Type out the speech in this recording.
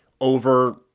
over